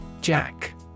Jack